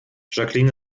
jacqueline